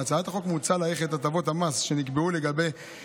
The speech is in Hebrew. בהצעת החוק מוצע להאריך את הטבות המס שנקבעו לגבי